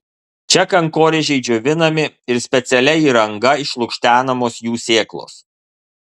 čia kankorėžiai džiovinami ir specialia įranga išlukštenamos jų sėklos